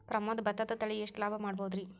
ಪ್ರಮೋದ ಭತ್ತದ ತಳಿ ಎಷ್ಟ ಲಾಭಾ ಮಾಡಬಹುದ್ರಿ?